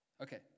Okay